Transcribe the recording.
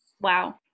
wow